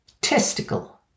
Testicle